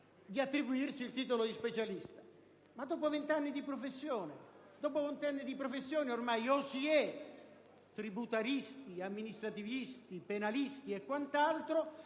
di attribuirsi il titolo di specialista, dopo vent'anni di professione, ormai, o si è tributaristi, amministrativisti, penalisti e quant'altro,